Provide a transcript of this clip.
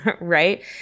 right